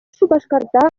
шупашкарта